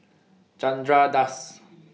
Chandra Das